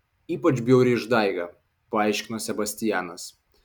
ypač bjauri išdaiga paaiškino sebastianas